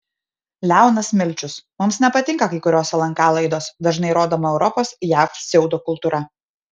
leonas milčius mums nepatinka kai kurios lnk laidos dažnai rodoma europos jav pseudokultūra